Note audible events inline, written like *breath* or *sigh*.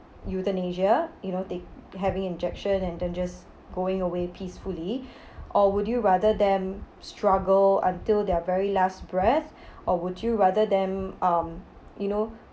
euthanasia you know they having injection and then just going away peacefully *breath* or would you rather them struggle until their very last breath *breath* or would you rather them um you know